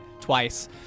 twice